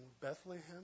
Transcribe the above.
Bethlehem